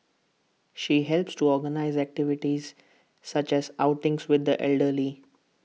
she helps to organise activities such as outings with the elderly